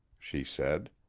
she said.